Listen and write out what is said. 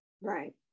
Right